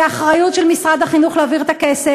זה אחריות של משרד החינוך להעביר את הכסף